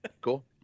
Cool